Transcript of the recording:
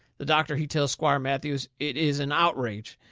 the doctor, he tells squire matthews it is an outrage,